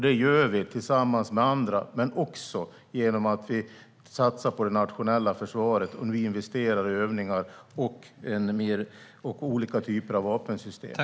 Det gör vi tillsammans med andra men också genom att vi satsar på det nationella försvaret och nu investerar i övningar och olika typer av vapensystem.